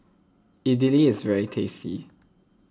Idili is very tasty